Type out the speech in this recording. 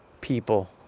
people